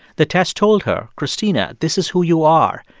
the test told her, christina, this is who you are.